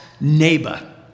neighbor